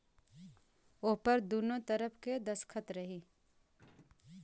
ओहपर दुन्नो तरफ़ के दस्खत रही